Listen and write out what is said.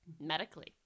Medically